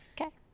Okay